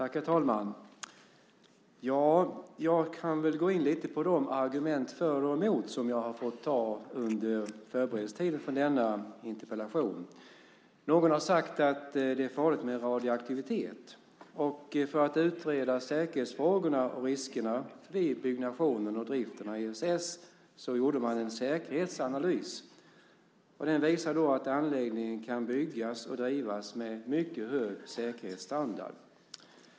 Herr talman! Jag kan gå in lite på de argument för och emot som jag har fått ta emot under förberedelsen av denna interpellation. Någon har sagt att det är farligt med radioaktivitet. För att utreda säkerhetsfrågorna och riskerna vid byggnationen och driften av ESS gjorde man en säkerhetsanalys som visade att anläggningen kan byggas och drivas med mycket hög säkerhetsstandard.